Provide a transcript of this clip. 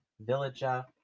villager